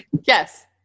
yes